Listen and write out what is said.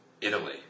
Italy